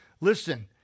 Listen